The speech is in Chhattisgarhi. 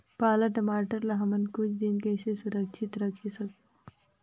पाला टमाटर ला हमन कुछ दिन कइसे सुरक्षित रखे सकबो?